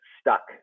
stuck